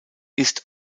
ist